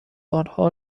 آنها